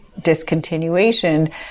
discontinuation